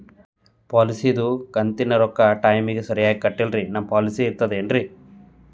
ಪಾಲಿಸಿದು ಕಂತಿನ ರೊಕ್ಕ ಟೈಮಿಗ್ ಸರಿಗೆ ಕಟ್ಟಿಲ್ರಿ ನಮ್ ಪಾಲಿಸಿ ಇರ್ತದ ಏನ್ರಿ?